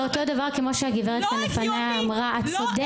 להלן תרגומם: זה אותו דבר כמו שהגב' לפניה אמרה.) זה לא